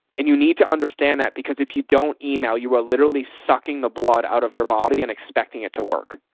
and you need to understand that because if you don't email, you are literally sucking the blood out of your body and expecting it to work.